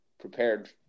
prepared